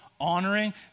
honoring